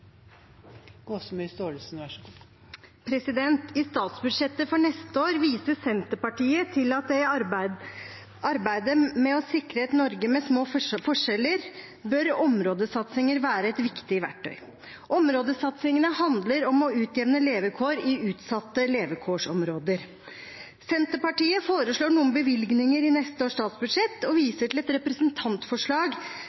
år viser Senterpartiet til at i arbeidet med å sikre et Norge med små forskjeller bør områdesatsinger være et viktig verktøy. Områdesatsingene handler om å utjevne levekår i utsatte levekårsområder. Senterpartiet foreslår noen bevilgninger i neste års statsbudsjett og